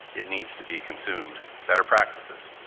it needs to be consumed, better practices.